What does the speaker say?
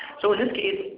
so in this case,